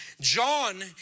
John